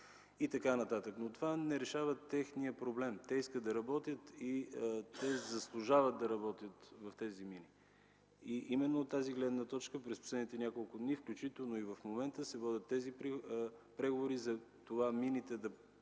и така нататък. Обаче това не решава техния проблем. Те искат да работят и заслужават да работят в тези мини. От тази гледна точка през последните няколко дни, включително и в момента, се водят преговори за това мините да продължат